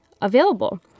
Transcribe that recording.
available